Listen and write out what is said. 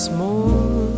more